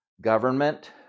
government